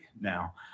now